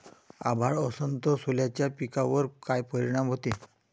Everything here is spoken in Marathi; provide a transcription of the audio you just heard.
अभाळ असन तं सोल्याच्या पिकावर काय परिनाम व्हते?